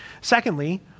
Secondly